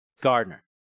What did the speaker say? Gardner